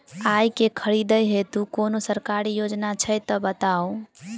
आइ केँ खरीदै हेतु कोनो सरकारी योजना छै तऽ बताउ?